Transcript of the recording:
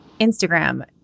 Instagram